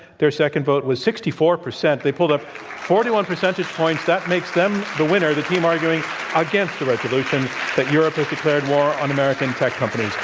their second vote was sixty four percent. they pulled up forty one percentage points. that makes them the winner, the team arguing against a resolution that europe has declared war on american tech companies.